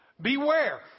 Beware